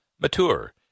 mature